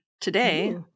today